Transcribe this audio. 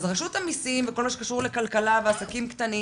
אז רשות המסים וכל מה שקשור לכלכלה ועסקים קטנים